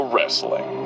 Wrestling